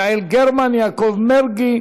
יעל גרמן, יעקב מרגי,